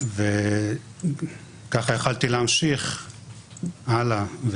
וככה יכולתי להמשיך הלאה.